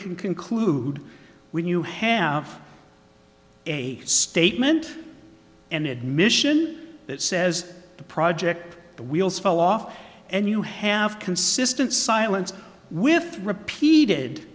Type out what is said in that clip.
can conclude when you have a statement an admission that says the project the wheels fall off and you have consistent silence with repeated